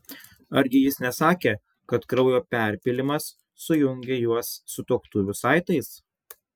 argi jis nesakė kad kraujo perpylimas sujungė juos sutuoktuvių saitais